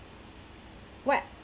what